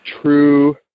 true